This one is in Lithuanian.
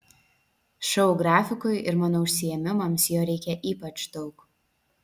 šou grafikui ir mano užsiėmimams jo reikia ypač daug